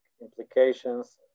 implications